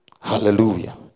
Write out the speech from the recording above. Hallelujah